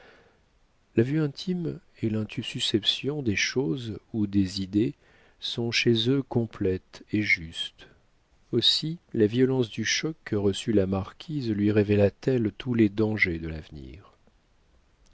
la vue intime et l'intussusception des choses ou des idées sont chez eux complètes et justes aussi la violence du choc que reçut la marquise lui révéla t elle tous les dangers de l'avenir